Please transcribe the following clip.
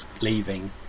leaving